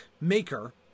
Maker